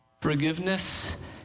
Forgiveness